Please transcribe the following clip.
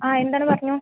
ആ എന്താണ് പറഞ്ഞോ